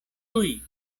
tuj